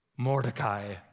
Mordecai